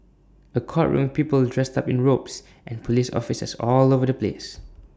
A courtroom people dressed up in robes and Police officers all over the place